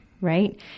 right